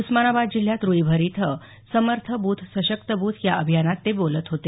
उस्मानाबाद जिल्ह्यात रुईभर इथं समर्थ ब्थ सशक्त ब्थ या अभियानात ते बोलत होते